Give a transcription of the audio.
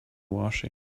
washing